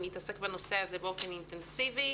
מתעסק בנושא הזה באופן אינטנסיבי.